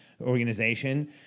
organization